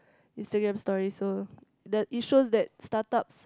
Instagram story so the it shows that startups